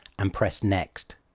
and pressed next.